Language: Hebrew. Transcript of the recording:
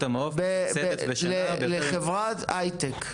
המעו"ף מתוקצבת בשנה ביותר --- לחברת הייטק,